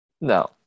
No